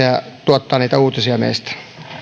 ja tuottavat niitä uutisia meistä